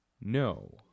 no